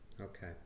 okay